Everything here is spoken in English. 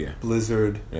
Blizzard